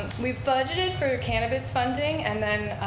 we budgeted for cannabis funding and then